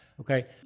Okay